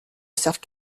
servent